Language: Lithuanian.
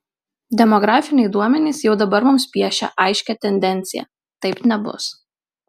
demografiniai duomenys jau dabar mums piešia aiškią tendenciją taip nebus